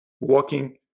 Walking